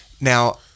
Now